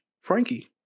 Frankie